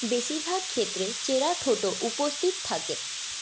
বেশিরভাগ ক্ষেত্রে চেরা ঠোঁটও উপস্থিত থাকে